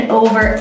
over